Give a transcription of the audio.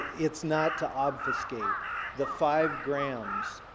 it's not to obfuscate the five grams